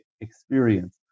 experience